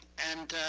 and